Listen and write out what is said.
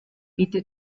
bitte